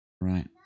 Right